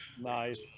nice